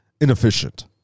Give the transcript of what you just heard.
inefficient